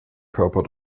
körper